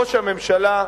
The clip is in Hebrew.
ראש הממשלה,